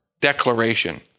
declaration